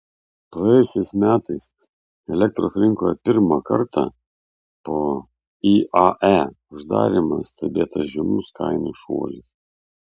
praėjusiais metais elektros rinkoje pirmą kartą po iae uždarymo stebėtas žymus kainų šuolis